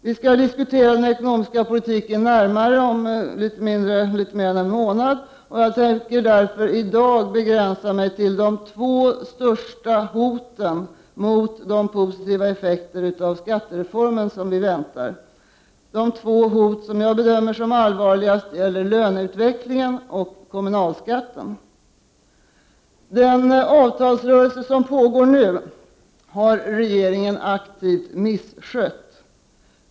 Vi skall diskutera den ekonomiska politiken närmare om litet mer än en månad, och jag skall därför i dag begränsa mig till att tala om de två största hoten mot de positiva effekter av skattereformen som vi väntar, de två hot som jag bedömer som allvarligast, nämligen löneutvecklingen och kommunalskatten. Den avtalsrörelse som nu pågår har regeringen aktivt misskött.